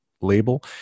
Label